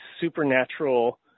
supernatural